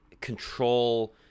control